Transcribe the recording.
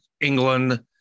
England